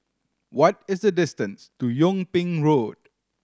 what is the distance to Yung Ping Road